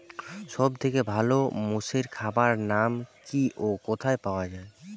সব থেকে ভালো মোষের খাবার নাম কি ও কোথায় পাওয়া যায়?